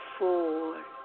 Four